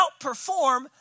outperform